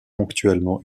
ponctuellement